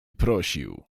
prosił